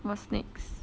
what's next